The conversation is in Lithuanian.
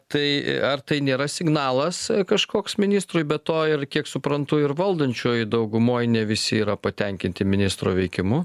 tai ar tai nėra signalas kažkoks ministrui be to ir kiek suprantu ir valdančiojoj daugumoj ne visi yra patenkinti ministro veikimu